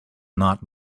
not